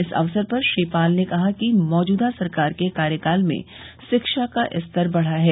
इस अवसर पर श्री पाल ने कहा कि मौजूद सरकार के कार्यकाल में शिक्षा का स्तर बढ़ा है